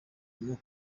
ikintu